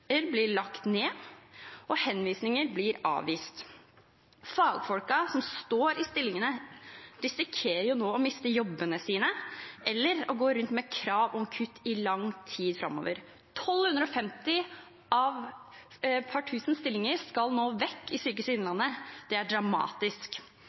henvisninger blir avvist. Fagfolkene som står i stillingene, risikerer nå å miste jobbene sine eller å gå rundt med krav om kutt i lang tid framover. 1 250 av et par tusen stillinger skal nå vekk i